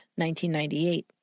1998